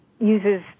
uses